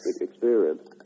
experience